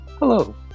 Hello